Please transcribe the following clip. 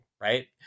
right